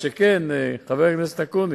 ואני מתחייב כחבר כנסת באופוזיציה,